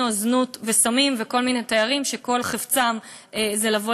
זנות וסמים וכל מיני תיירים שכל חפצם זה לבוא,